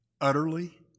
utterly